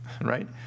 right